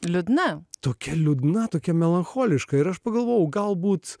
liūdna tokia liūdna tokia melancholiška ir aš pagalvojau galbūt